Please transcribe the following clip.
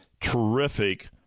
terrific